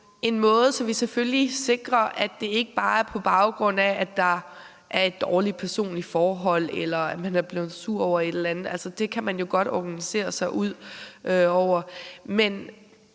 en måde, så vi selvfølgelig sikrer, at det ikke bare er på baggrund af, at der er et dårligt personligt forhold, eller at man er blevet sur over et eller andet. For det kan man jo godt organisere sig ud over. Men